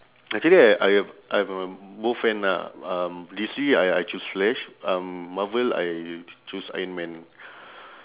actually I I I'm a both fan lah um D_C I I choose flash um marvel I choose ironman